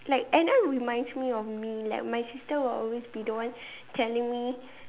like Anna reminds me of me like my sister will always be the one telling me